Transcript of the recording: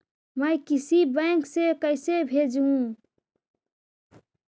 मैं किसी बैंक से कैसे भेजेऊ